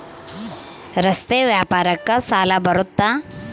ರಸ್ತೆ ವ್ಯಾಪಾರಕ್ಕ ಸಾಲ ಬರುತ್ತಾ?